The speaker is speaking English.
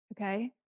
Okay